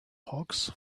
hawks